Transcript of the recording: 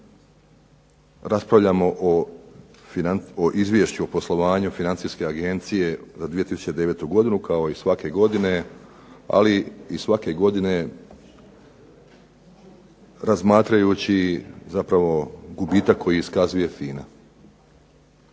da danas raspravljamo o Izvješću o poslovanju financijske agencije za 2009. godinu kao i svake godine, ali i svake godine razmatrajući zapravo gubitak koji iskazuje FINA.